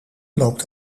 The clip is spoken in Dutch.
loopt